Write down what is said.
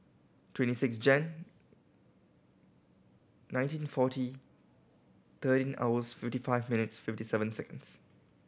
twenty six Jan nineteen forty thirteen hours fifty five minutes fifty seven seconds